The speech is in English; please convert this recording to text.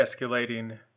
escalating